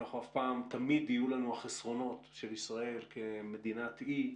תמיד יהיו לנו החסרונות של ישראל כמדינת אי,